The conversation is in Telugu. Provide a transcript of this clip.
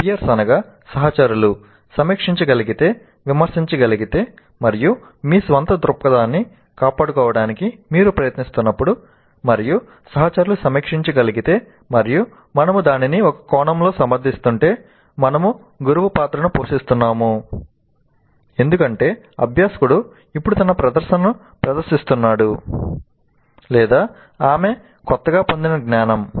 పీర్స్ అనగా సహచరులు సమీక్షించగలిగితే విమర్శించగలిగితే మరియు మీ స్వంత దృక్పథాన్ని కాపాడుకోవడానికి మీరు ప్రయత్నిస్తున్నప్పుడు మరియు సహచరులు సమీక్షించగలిగితే మరియు మనము దానిని ఒక కోణంలో సమర్థిస్తుంటే మనము గురువు పాత్రను పోషిస్తున్నాము ఎందుకంటే అభ్యాసకుడు ఇప్పుడు తన ప్రదర్శనను ప్రదర్శిస్తున్నాడు లేదా ఆమె కొత్తగా పొందిన జ్ఞానం